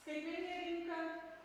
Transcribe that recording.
skaitmeninė rinka